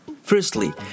Firstly